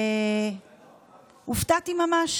והופתעתי ממש